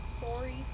Sorry